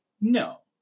No